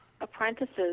apprentices